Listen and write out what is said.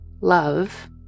love